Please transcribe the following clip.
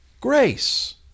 Grace